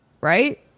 right